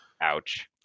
Ouch